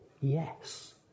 yes